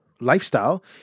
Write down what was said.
lifestyle